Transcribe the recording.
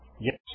Yes